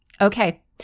Okay